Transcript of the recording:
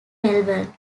melbourne